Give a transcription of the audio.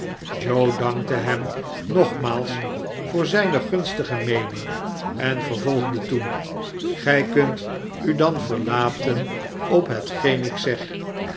joe dankte hem nogmaals voor zijne gunstige meening en vervolgde toen gij kuntu dan verlaten op hetgeen ik zeg